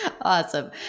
Awesome